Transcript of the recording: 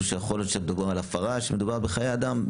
שיכול להיות שאותה הפרה קשורה לחיי אדם,